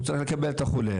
הוא צריך לקבל את החולה,